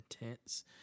intense